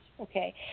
Okay